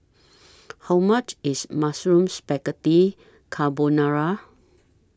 How much IS Mushroom Spaghetti Carbonara